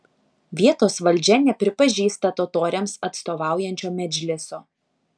vietos valdžia nepripažįsta totoriams atstovaujančio medžliso